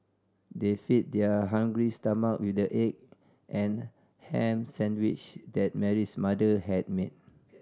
they fed their hungry stomachs with the egg and ham sandwiches that Mary's mother had made